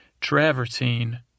travertine